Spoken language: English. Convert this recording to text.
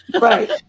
Right